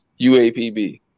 UAPB